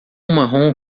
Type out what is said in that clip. marrom